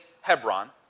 Hebron